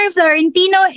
Florentino